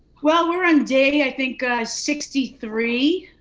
well, we're on day, i think sixty three.